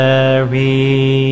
Mary